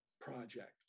project